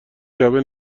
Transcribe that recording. شبه